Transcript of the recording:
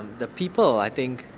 the people i think,